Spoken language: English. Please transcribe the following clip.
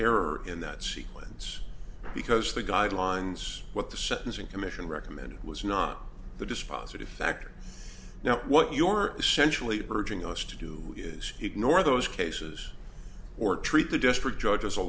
error in that sequence because the guidelines what the sentencing commission recommended was not the dispositive factor now what your essentially urging us to do is ignore those cases or treat the district judge a